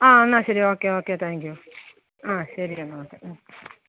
ആ എന്നാൽ ശരി ഓക്കെ ഓക്കെ താങ്ക് യു ആ ശരി എന്നാൽ ഓക്കെ മ്